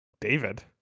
David